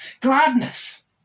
gladness